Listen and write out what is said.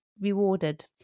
rewarded